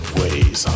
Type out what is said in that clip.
ways